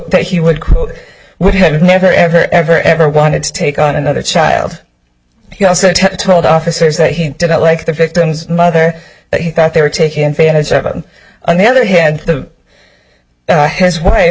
that he would quote would have never ever ever ever wanted to take on another child he also told officers that he did not like the victim's mother that he thought they were taking advantage of him on the other hand the his